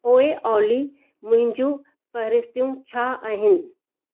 ओइ ऑली मुंहिंजियूं फ़हिरिस्तूं छा आहिनि